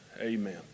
Amen